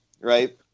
right